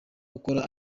ukora